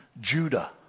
Judah